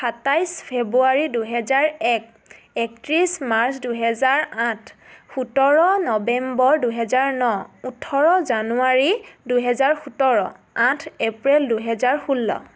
সাতাইছ ফেব্ৰুৱাৰী দুহেজাৰ এক একত্ৰিছ মাৰ্চ দুহেজাৰ আঠ সোতৰ নৱেম্বৰ দুহেজাৰ ন ওঠৰ জানুৱাৰী দুহেজাৰ সোতৰ আঠ এপ্ৰিল দুহেজাৰ ষোল্ল